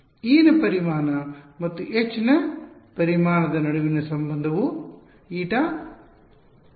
E ನ ಪರಿಮಾಣ ಮತ್ತು H ನ ಪರಿಮಾಣದ ನಡುವಿನ ಸಂಬಂಧವು η ಇದೆ